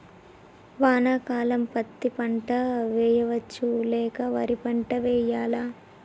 వానాకాలం పత్తి పంట వేయవచ్చ లేక వరి పంట వేయాలా?